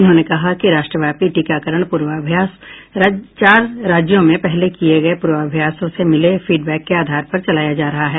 उन्होंने कहा कि राष्ट्रव्यापी टीकाकरण पूर्वाभ्यास चार राज्यों में पहले किए गए पूर्वाभ्यासों से मिले फीडबैक क ेआधार पर चलाया जा रहा है